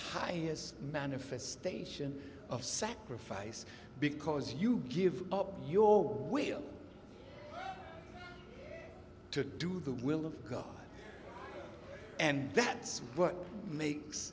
highest manifestation of sacrifice because you give up your will to do the will of god and that's what makes